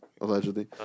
allegedly